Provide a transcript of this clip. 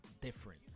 different